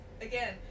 again